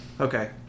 Okay